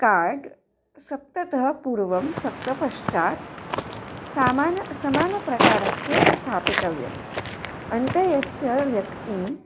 card सप्ततः पूर्वं सप्तपश्चात् समानं समानप्रकारस्य स्थापितव्यम् अन्त्यस्य व्यक्तिः